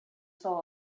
soul